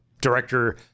director